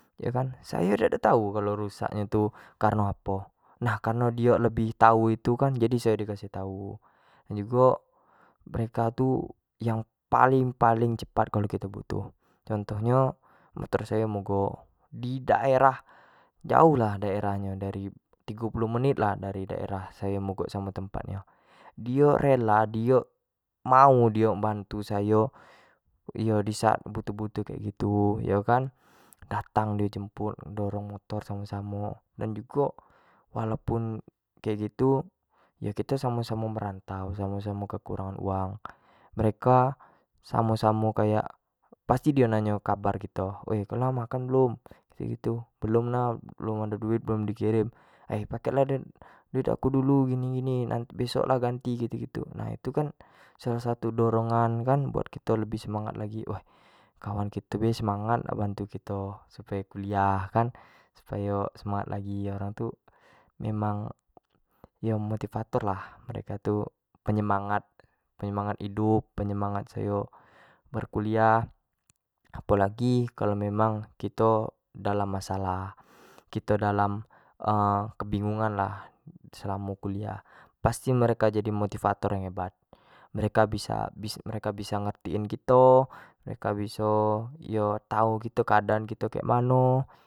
Yo kan, sayo dak ado tau kalu rusak tu kareno apo, nah kareno dio lebih tau itu kan sayo di kasih tau, jugo mereka tu yang paling-paling cepat kalau kito butuh, contoh nyo motor sayo mogok di daerah, jauh lah daerah nyo tigo puluh menit lah dari tempat sayo mogok dengan tempat nyo, dio rela dio mau dio bantu sayo di saat butuh-butuh kek gitu yo kan, dating dio jemput dorong motor samo-samo dan jugo, walaupun kek gitu dan kito samo-samo merantau, samo-samo kekurangan uang, mereka samo-samo kayak pasti dio nanyo kabar kito, udah makan belum, belum lah, belum ado duit belum di kirim eh pake lah duit aku dulu gini-gini besok-lah ganti, gitu kan salah satu dorongan buat kito lebih semangat lagi, wah kawan kito be semangat nak bantu kito supayo kuliah kan supayo semangat lagi untuk memang yo motivator lah, penyemangat-penyemangat hidup, penyemangat ayo berkuliah, apolagi kalau memang kito dalam bermasalah, kito dalam kebingungan lah selamo kuliah, pasti mereko jadi motivator yang hebat, meraka bisa-mereka bisa ngertiin kito, mereka biso tau gitu keadaan kito kek mano.